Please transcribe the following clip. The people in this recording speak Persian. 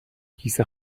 کیسه